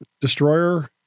destroyer